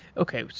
okay,